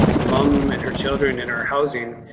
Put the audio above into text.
mom and her children in our housing.